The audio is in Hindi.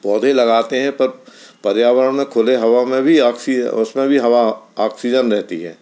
पौधे लगते हैं पर पर्यावरण में खुले हवा में भी ऑक्सी उसमे भी हवा ऑक्सीजन रहती है